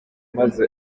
maze